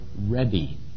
ready